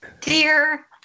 Dear